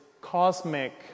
cosmic